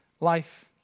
Life